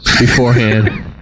beforehand